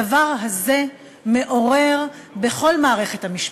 הדבר הזה מעורר בכל מערכת המשפט,